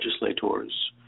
legislators